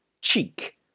cheek